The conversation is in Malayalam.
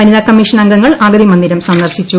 വനിതാ കമ്മീഷൻ അംഗങ്ങൾ അഗതി മന്ദിരം സ്ന്ദർശിച്ചു